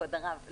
כבוד הרב,